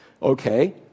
okay